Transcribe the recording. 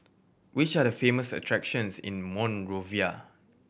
which are the famous attractions in Monrovia